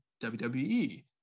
WWE